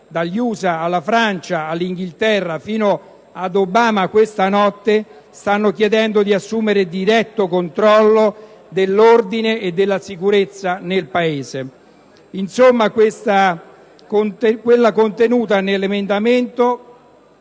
dagli Usa alla Francia e all'Inghilterra - lo ha ribadito anche Obama questa notte - stanno chiedendo di assumere il diretto controllo dell'ordine e della sicurezza nel Paese. Quella contenuta nell'emendamento